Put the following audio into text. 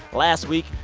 last week,